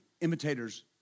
Imitators